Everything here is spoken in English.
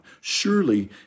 Surely